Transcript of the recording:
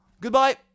Goodbye